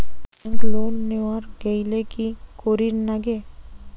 Bank loan নেওয়ার গেইলে কি করীর নাগে?